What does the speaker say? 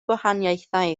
gwahaniaethau